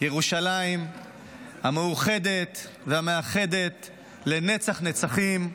ירושלים המאוחדת והמאחדת לנצח נצחים,